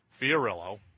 Fiorillo